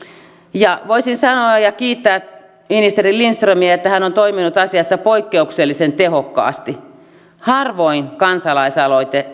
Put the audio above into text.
ja voisin sanoa ja kiittää ministeri lindströmiä että hän on toiminut asiassa poikkeuksellisen tehokkaasti harvoin kansalaisaloite